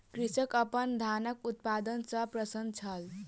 कृषक अपन धानक उत्पादन सॅ प्रसन्न छल